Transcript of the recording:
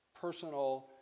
personal